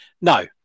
No